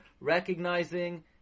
recognizing